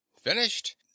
finished